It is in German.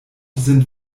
sind